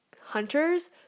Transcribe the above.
hunters